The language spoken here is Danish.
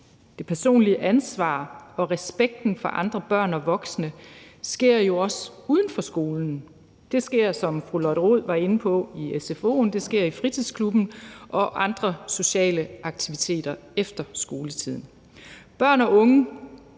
det personlige ansvar og respekten for andre børn og voksne, sker jo også uden for skolen. Det sker, som fru Lotte Rod var inde på, i sfo'en, det sker i fritidsklubben og gennem andre sociale aktiviteter efter skoletiden. Børn og unge